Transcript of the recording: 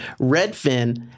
Redfin